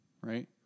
right